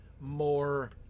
more